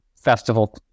festival